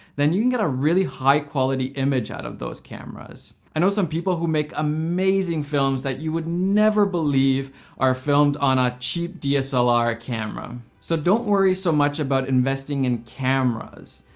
then you can get a really high-quality image out of those cameras. i know some people who make amazing films that you would never believe are filmed on a cheap dslr camera. so don't worry so much about investing in cameras.